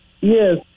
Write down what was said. Yes